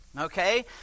okay